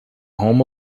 home